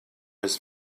his